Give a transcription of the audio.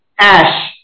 ash